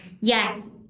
yes